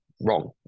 wrong